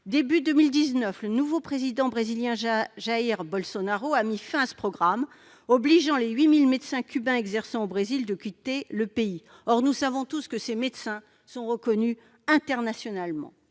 avant que le nouveau président brésilien Jair Bolsonaro y mette fin au début de cette année, obligeant les 8 000 médecins cubains exerçant au Brésil à quitter le pays. Pourtant, nous savons tous que ces médecins sont reconnus internationalement.